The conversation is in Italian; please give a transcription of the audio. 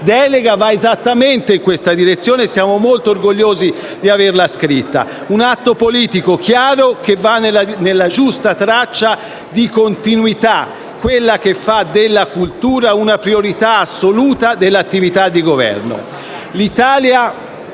delega va esattamente in questa direzione e siamo molti orgogliosi di averla scritta. È un atto politico chiaro, che segue una giusta traccia di continuità, che fa della cultura una priorità assoluta dell'attività di Governo.